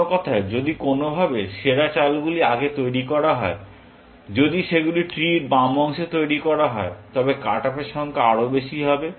অন্য কথায় যদি কোনওভাবে সেরা চালগুলি আগে তৈরি করা হয় যদি সেগুলি ট্রি টির বাম অংশে তৈরি করা হয় তবে কাট অফের সংখ্যা আরও বেশি হবে